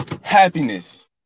Happiness